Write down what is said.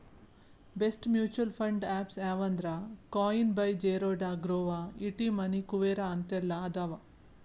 best mutual fund apps ಯಾವಂದ್ರಾ Coin by Zerodha Groww ET Money Kuvera ಅಂತೆಲ್ಲಾ ಅದಾವ